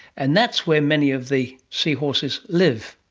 and that's where many of the seahorses live,